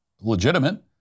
legitimate